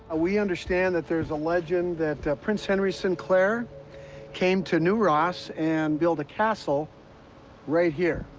we understand that there's a legend that prince henry sinclair came to new ross and built a castle right here.